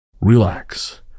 relax